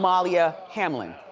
amelia hamlin,